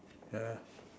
ya